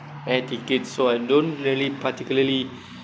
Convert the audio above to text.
air ticket so I don't really particularly